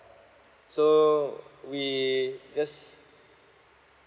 so we just